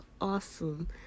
Awesome